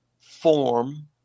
form